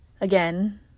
again